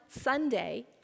Sunday